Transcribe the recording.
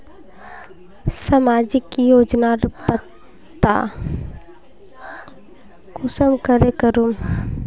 सामाजिक योजनार पता कुंसम करे करूम?